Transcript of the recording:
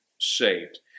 saved